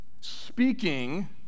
speaking